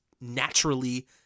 naturally